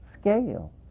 scale